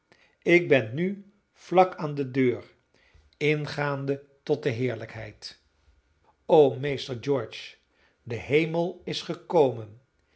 ik ben nu vlak aan de deur ingaande tot de heerlijkheid o meester george de hemel is gekomen